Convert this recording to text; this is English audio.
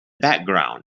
background